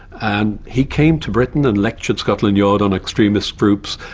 and he came to britain and lectured scotland yard on extremist groups.